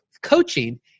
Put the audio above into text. coaching